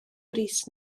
brys